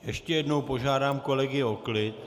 Ještě jednou požádám kolegy o klid.